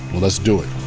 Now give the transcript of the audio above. let's do